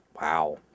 Wow